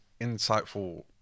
insightful